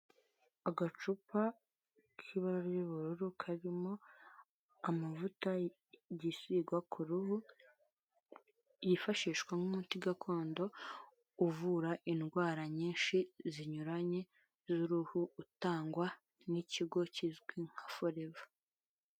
Agacupa k'ibara ry'ubururu karimo amavuta yisigwa ku ruhu, yifashishwa nk'umuti gakondo uvura indwara nyinshi zinyuranye z'uruhu, utangwa n'ikigo kizwi nka foreva.